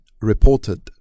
reported